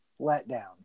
letdown